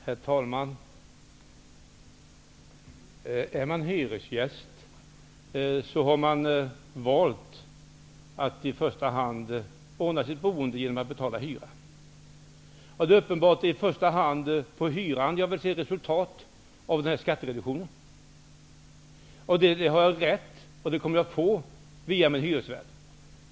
Herr talman! Är man hyresgäst så har man valt att i första hand ordna sitt boende genom att betala hyra. Det är då uppenbart i första hand på hyran som man vill se resultat av den här skattereduktionen. Det har jag rätt till, och det kommer jag att få via min hyresvärd.